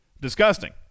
disgusting